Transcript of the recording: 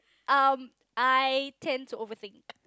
um I tend to overthink